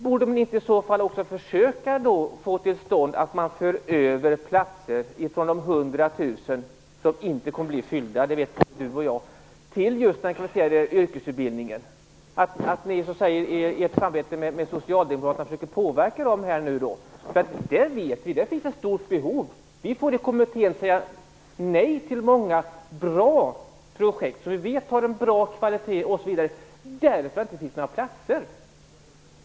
Vore det då inte konsekvent att försöka få till stånd en överföring av platser från de 100 000 platserna - vi vet båda att de inte kommer att fyllas - just till den kvalificerade yrkesutbildningen? I ert samarbete med Socialdemokraterna skulle ni kunna försöka påverka detta. Vi vet att det finns ett stort behov. Vi får i kommittén säga nej till många bra projekt, som vi vet har en hög kvalitet, därför att det inte finns några platser.